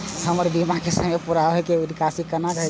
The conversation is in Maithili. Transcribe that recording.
हमर बीमा के समय पुरा होय के बाद निकासी कोना हेतै?